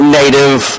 native